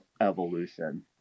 evolution